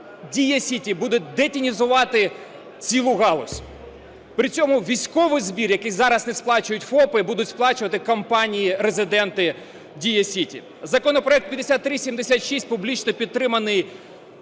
"Дія Сіті" буде детінізувати цілу галузь, при цьому військовий збір, який зараз не сплачують ФОПи, будуть сплачувати компанії-резиденти "Дія Сіті". Законопроект 5376 публічно підтриманий